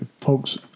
Folks